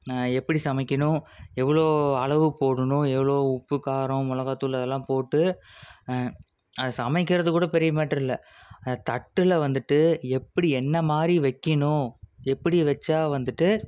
எப்படி சமைக்கணும் எவ்வளோ அளவு போடணும் எவ்வளோ உப்பு காரம் மிளகாத்தூள் அதெலாம் போட்டு அதை சமைக்கிறதுகூட பெரிய மேட்ரு இல்லை அதை தட்டில் வந்துட்டு எப்படி என்னமாதிரி வைக்கணும் எப்படி வைச்சா வந்துட்டு